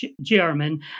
German